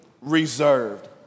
reserved